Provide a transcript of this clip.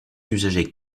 usagers